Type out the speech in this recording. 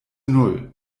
null